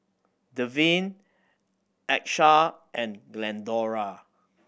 Devyn Achsah and Glendora